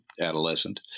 adolescent